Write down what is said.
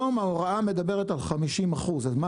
היום ההוראה מדברת על 50%. אז מה?